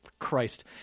christ